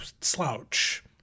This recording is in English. slouch